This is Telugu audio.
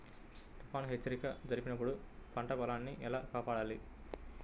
తుఫాను హెచ్చరిక జరిపినప్పుడు పంట పొలాన్ని ఎలా కాపాడాలి?